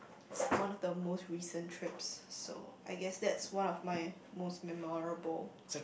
one of the most recent trips so I guess that's one of my most memorable